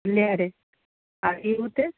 লেয়ারে আর ইউতে